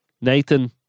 Nathan